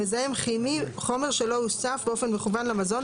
"מזהם כימי" - חומר שלא הוסף באופן מכוון למזון,